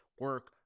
Work